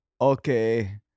okay